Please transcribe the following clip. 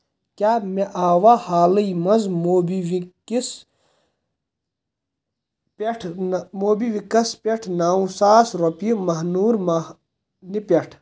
کیٛاہ مےٚ آوا حالٕے منٛز موبِوِکس پٮ۪ٹھ نَہ موبِکوکِس پٮ۪ٹھ نو ساس رۄپیہِ ماہنوٗر مہہ نہِ پٮ۪ٹھٕ؟